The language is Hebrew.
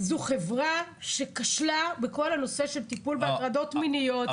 זו חברה שכשלה בכל הנושא של טיפול בהטרדות מיניות.